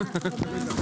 הישיבה ננעלה בשעה 12:52.